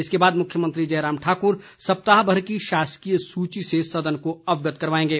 इसके बाद मुख्यमंत्री जयराम ठाकुर सप्ताह भर की शासकीय सूची से सदन को अवगत करवाएंगे